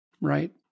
right